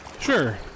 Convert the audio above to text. Sure